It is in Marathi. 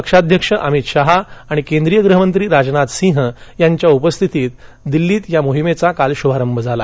पक्षाध्यक्ष अमित शहा आणि केंद्रीय गृहमंत्री राजनाथसिंग यांच्या उपस्थितीत काल दिल्लीत या मोहिमेचा शुभारंभ झाला